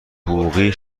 حقوقی